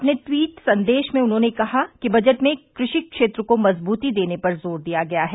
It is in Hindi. अपने टवीट संदेश में उन्होंने कहा कि बजट में कृषि क्षेत्र को मजबूती देने पर जोर दिया गया है